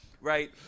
Right